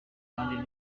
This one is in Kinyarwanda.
kandi